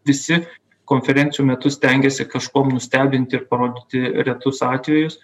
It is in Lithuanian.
visi konferencijų metu stengiasi kažkuom nustebinti ir parodyti retus atvejus